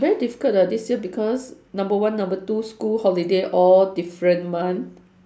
very difficult leh this year because number one number two school holiday all different month